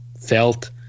felt